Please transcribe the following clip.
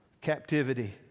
captivity